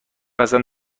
هستم